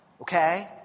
Okay